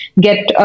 get